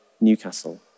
Newcastle